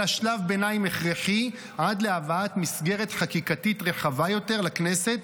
אלא שלב ביניים הכרחי עד להבאת מסגרת חקיקתית רחבה יותר לכנסת,